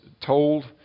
told